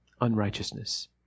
unrighteousness